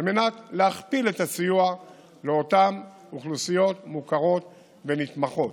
על מנת להכפיל את הסיוע לאותן אוכלוסיות מוכרות ונתמכות.